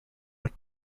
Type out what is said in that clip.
but